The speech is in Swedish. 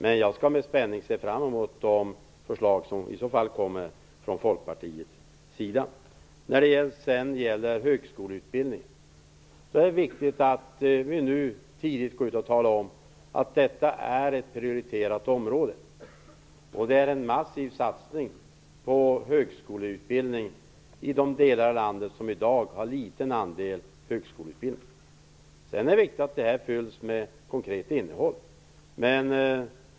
Men jag skall med spänning se fram emot de förslag som i så fall kommer från Folkpartiets sida. Det är viktigt att vi nu, tidigt, talar om att högskoleutbildningen är ett prioriterat område. Regeringens förslag innebär en massiv satsning på högskoleutbildning i de delar av landet som i dag har en liten andel högskoleutbildning. Sedan är det viktigt att detta fylls med konkret innehåll.